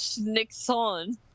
nixon